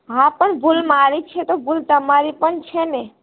હા પણ ભૂલ મારી છે તો ભૂલ તમારી પણ છે ને